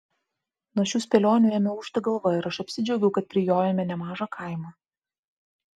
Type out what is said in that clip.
nuo šių spėlionių ėmė ūžti galva ir aš apsidžiaugiau kad prijojome nemažą kaimą